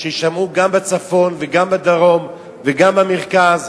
שיישמעו גם בצפון, גם בדרום וגם במרכז.